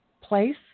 place